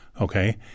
Okay